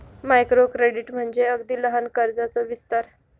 micro credit म्हणजे अगदी लहान कर्जाचो विस्तार